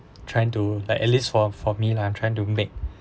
trying to like at least for for me and I'm trying to make